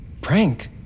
Prank